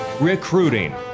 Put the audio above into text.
recruiting